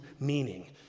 meaning